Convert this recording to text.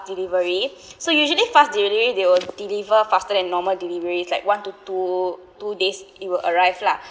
delivery so usually fast delivery they will deliver faster than normal delivery like one to two two days it will arrive lah